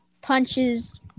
punches